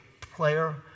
player